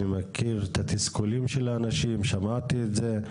אני מכיר את התסכולים של האנשים, שמעתי את זה.